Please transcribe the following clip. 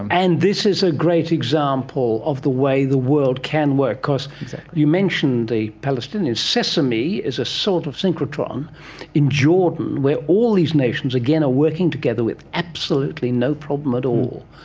um and this is a great example of the way the world can work. you mention the palestinians, sesame is a sort of synchrotron in jordan where all these nations, again, are working together with absolutely no problem at all,